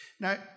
Now